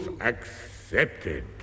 accepted